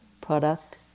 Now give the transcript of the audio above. Product